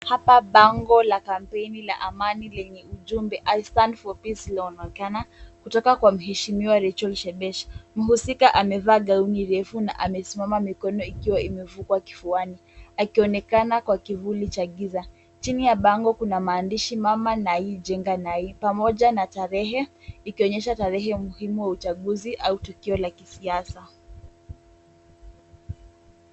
Hapa bango la kampeni la amani lenye ujumbe I stand for peace alone linaonekana kutoka kwa mheshimiwa Rachel Shebesh. Mhusika amevaa gauni refu na amesimama mikono ikiwa imevukwa kifuani, akionekana kwa kivuli cha giza. Chini ya bango kuna maandishi Mama Nai jenga Nai pamoja na tarehe ikionyesha tarehe muhimu wa uchaguzi au tukio la kisiasa.